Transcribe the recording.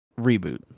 reboot